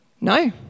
No